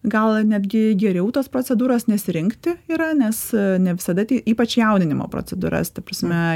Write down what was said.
gal netgi geriau tos procedūros nesirinkti yra nes ne visada tie ypač jauninimo procedūras ta prasme